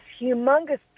humongous